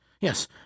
Yes